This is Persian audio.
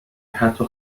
حتی